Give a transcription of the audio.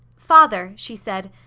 father, she said,